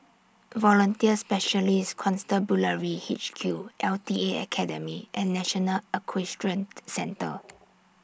Volunteer Special Constabulary H Q L T A Academy and National Equestrian Centre